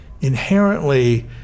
inherently